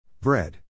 Bread